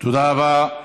תודה רבה.